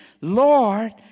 Lord